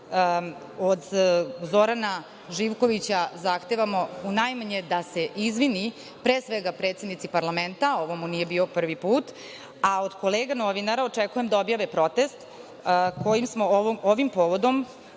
Od Zorana Živkovića zahtevamo u najmanje da se izvini pre svega predsednici parlamenta, ovo mu nije bio prvi put, a od kolega novinara očekujem da objave protest kojim smo ovim povodom